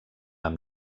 amb